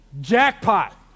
jackpot